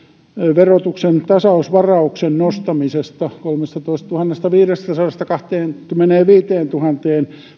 verotuksen tasausvarauksen nostamisesta kolmestatoistatuhannestaviidestäsadasta kahteenkymmeneenviiteentuhanteen